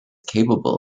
capable